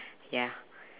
ya